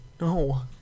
No